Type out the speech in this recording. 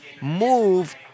move